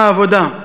העבודה.